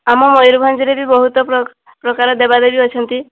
ଆମ ମୟୁରଭଞ୍ଜରେ ବି ବହୁତ ପ୍ରକାର ଦେବାଦେବୀ ଅଛନ୍ତି